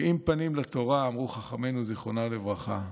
70 פנים לתורה, אמרו חכמינו זיכרונם לברכה.